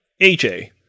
AJ